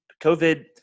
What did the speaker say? COVID